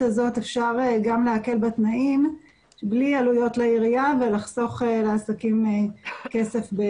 הזאת אפשר גם להקל בתנאים בלי עלויות לעירייה ולחסוך לעסקים כסף.